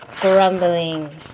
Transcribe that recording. grumbling